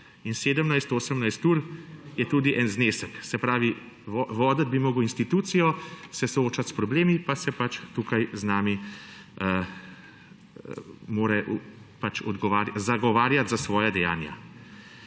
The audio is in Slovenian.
17, 18 ur je tudi en znesek, voditi bi moral institucijo, se soočati s problemi, pa se mora tukaj z nami zagovarjati za svoja dejanja.